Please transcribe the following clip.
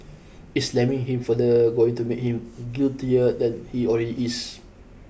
is slamming him further going to make him guiltier than he already is